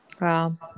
Wow